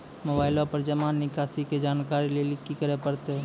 Mobile पर जमा निकासी के जानकरी लेली की करे परतै?